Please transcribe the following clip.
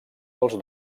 dels